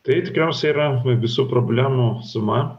tai tikriausiai yra visų problemų suma